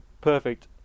perfect